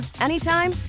anytime